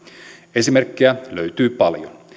esimerkkejä löytyy paljon